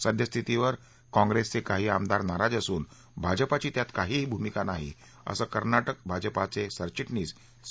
सद्यस्थितीवर काँप्रेसचे काही आमदार नाराज असून भाजपची त्यात काही भूमिका नाही असं कर्नाटक भाजपाचे सरचिटणीस सी